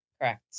Correct